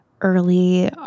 early